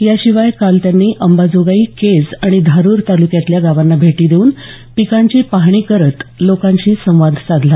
याशिवाय काल त्यांनी अंबाजोगाई केज आणि धारूर तालुक्यातल्या गावांना भेटी देऊन पिकांची पाहणी करत लोकांशी संवाद साधला